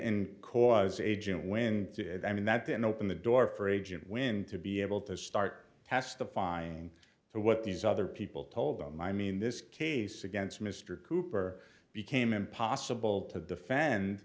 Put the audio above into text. in cause agent when did i mean that then open the door for agent when to be able to start testifying to what these other people told them i mean this case against mr cooper became impossible to defend